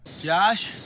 Josh